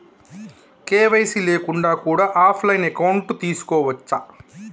KYC లేకుండా కూడా offline account తీసుకోవచ్చా?